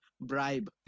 bribe